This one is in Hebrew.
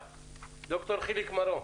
ד"ר חיליק מרום,